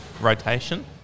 rotation